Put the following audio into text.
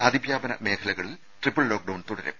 അതിവ്യാപന മേഖലകളിൽ triple lockdown തുടരും